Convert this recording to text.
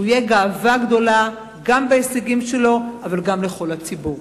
שיהיה גאווה גדולה גם בהישגים שלו אבל גם לכל הציבור.